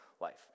life